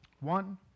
One